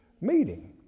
meeting